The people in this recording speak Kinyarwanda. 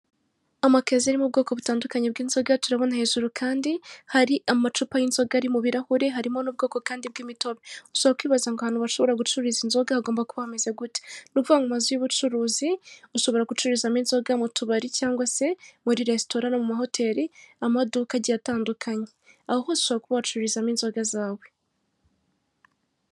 Utu ni utuzu tw'abajenti ba emutiyeni ndetse dukikijwe n'ibyapa bya eyeteri na bakiriya babagannye bari kubaha serivise zitandukanye.